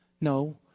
No